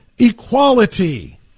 equality